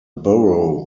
borough